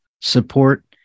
support